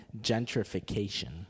Gentrification